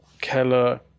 Keller